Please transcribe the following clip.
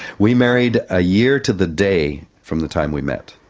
we married a year to the day from the time we met.